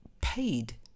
paid